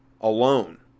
alone